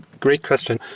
great question.